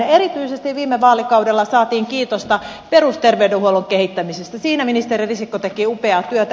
erityisesti viime vaalikaudella saatiin kiitosta perusterveydenhuollon kehittämisestä siinä ministeri risikko teki upeaa työtä